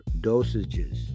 dosages